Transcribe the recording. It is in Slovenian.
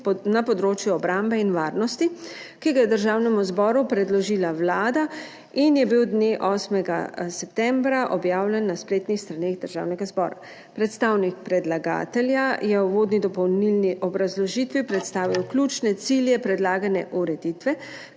na področju obrambe in varnosti, ki ga je Državnemu zboru predložila Vlada in je bil dne 8. septembra objavljen na spletnih straneh Državnega zbora. Predstavnik predlagatelja je v uvodni dopolnilni obrazložitvi predstavil ključna cilja predlagane ureditve,